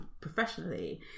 professionally